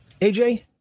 AJ